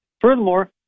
Furthermore